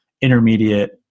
intermediate